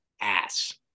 ass